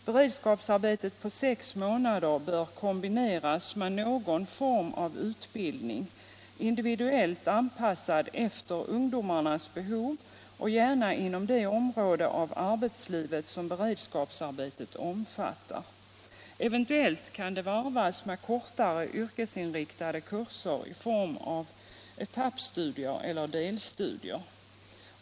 Beredskapsarbetet på sex månader bör kombineras med någon form av utbildning individuellt anpassad efter ungdomarnas behov, gärna inom det område av arbetslivet som beredskapsarbetet omfattar. Eventuellt kan det varvas med kortare yrkesinriktade kurser i form av etappstudier eller delstudier.